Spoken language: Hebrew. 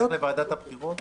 שנלך לוועדת הבחירות?